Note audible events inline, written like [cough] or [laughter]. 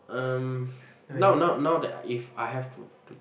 um [breath] now now now that I if I have to to